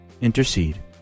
intercede